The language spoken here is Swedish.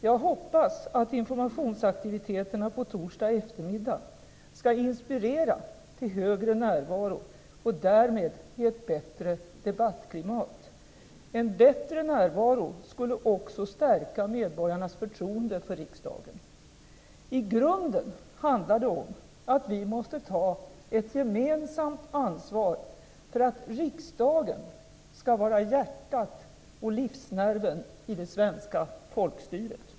Jag hoppas att informationsaktiviteterna på torsdag eftermiddag ska inspirera till högre närvaro och därmed ge ett bättre debattklimat. En bättre närvaro skulle också stärka medborgarnas förtroende för riksdagen. I grunden handlar det om att vi måste ta ett gemensamt ansvar för att riksdagen skall vara hjärtat, livsnerven, i det svenska folkstyret.